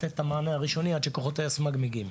לתת מענה ראשוני עד שכוחות היסמ"ג מגיעים.